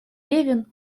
левин